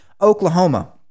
Oklahoma